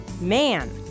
Man